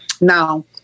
now